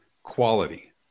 quality